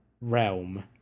realm